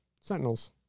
Sentinels